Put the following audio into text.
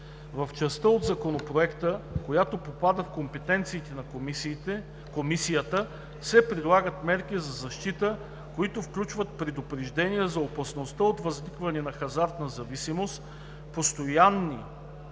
В частта от Законопроекта, която попада в компетенциите на Комисията, се предлагат мерки за защита, които включват предупреждения за опасността от възникване на хазартна зависимост, поставяни